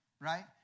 right